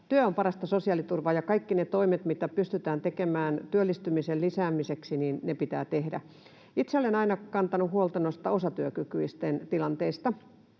työ on parasta sosiaaliturvaa ja kaikki ne toimet, mitä pystytään tekemään työllistymisen lisäämiseksi, pitää tehdä. Itse olen aina kantanut huolta noiden osatyökykyisten tilanteesta,